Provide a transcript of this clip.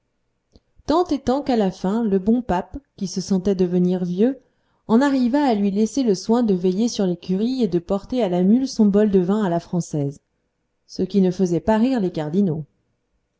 tant et tant qu'à la fin le bon pape qui se sentait devenir vieux en arriva à lui laisser le soin de veiller sur l'écurie et de porter à la mule son bol de vin à la française ce qui ne faisait pas rire les cardinaux